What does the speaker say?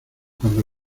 cuando